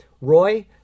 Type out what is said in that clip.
Roy